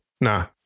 Nah